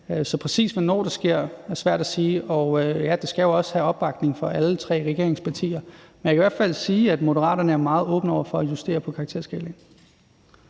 Så præcis hvornår det sker, er svært at sige, og det skal jo have opbakning fra alle tre regeringspartier. Men jeg kan i hvert fald sige, at Moderaterne er meget åbne over for at justere på karakterskalaen.